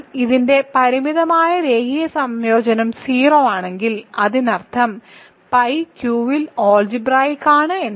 എന്നാൽ ഇതിന്റെ പരിമിതമായ രേഖീയ സംയോജനം 0 ആണെങ്കിൽ അതിനർത്ഥം പൈ Q ൽ ആൾജിബ്രായിക്ക് ആണ്